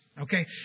okay